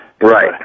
Right